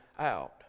out